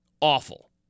awful